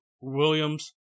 williams